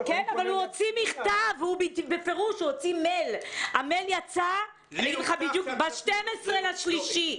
אבל הוא הוציא מכתב, המייל יצא ב-12 במרץ.